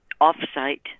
off-site